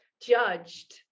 judged